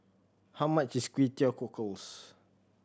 how much is Kway Teow Cockles